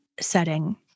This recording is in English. setting